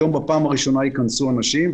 היום בפעם הראשונה ייכנסו אנשים,